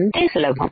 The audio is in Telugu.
అంతే సులభం